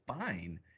fine